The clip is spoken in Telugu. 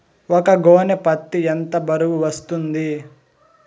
ఒక గోనె పత్తి ఎంత బరువు వస్తుంది?